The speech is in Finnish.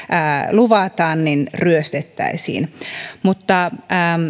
luvataan ryöstettäisiin